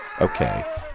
Okay